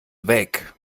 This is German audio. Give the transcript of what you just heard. weg